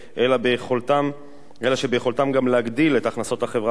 אלא גם ביכולתו להגדיל את הכנסות החברה ולסייע